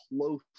close